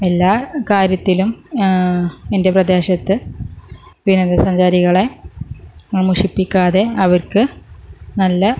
എല്ലാ കാര്യത്തിലും എൻ്റെ പ്രദേശത്ത് വിനോദസഞ്ചാരികളെ മുഷിപ്പിക്കാതെ അവർക്ക് നല്ല